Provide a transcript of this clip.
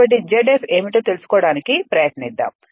కాబట్టి Z f ఏమిటో తెలుసుకోవడానికి ప్రయత్నిద్దాము